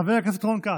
חבר הכנסת רון כץ,